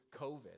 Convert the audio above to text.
COVID